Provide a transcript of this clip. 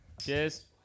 Cheers